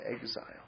exile